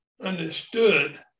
understood